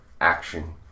action